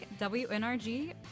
WNRG